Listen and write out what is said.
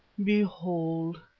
behold!